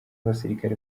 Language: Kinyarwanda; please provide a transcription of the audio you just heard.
abasirikare